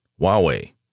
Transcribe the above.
Huawei